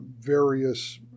various